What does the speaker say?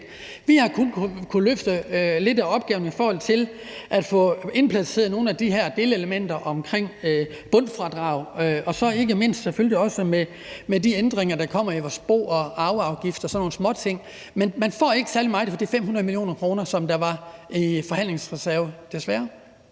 Vi har kun kunnet løfte lidt af opgaven i forhold til at få indplaceret nogle at de her delelementer omkring bundfradrag og så ikke mindst selvfølgelig også de ændringer, der kommer i vores bo- og arveafgifter og sådan nogle småting. Men man får ikke særlig meget for de 500 mio. kr., der var i forhandlingsreserve – desværre.